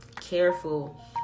careful